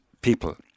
people